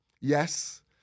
Yes